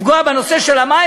לפגוע בנושא של המים?